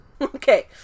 okay